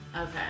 okay